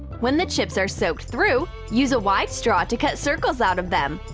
when the chips are soaked through, use a wide straw to cut circles out of them.